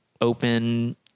open